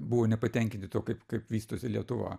buvo nepatenkinti tuo kaip kaip vystosi lietuva